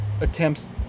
attempts